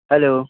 hello